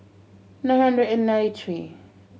nine hundred and ninety three